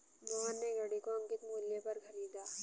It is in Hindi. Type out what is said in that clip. मोहन ने घड़ी को अंकित मूल्य पर खरीदा